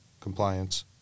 compliance